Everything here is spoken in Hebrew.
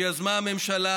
שיזמה הממשלה,